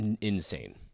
Insane